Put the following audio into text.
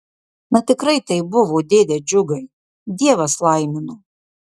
na tikrai taip buvo dėde džiugai dievas laimino